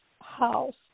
house